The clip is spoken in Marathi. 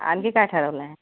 आणखी काय ठरवलं आहे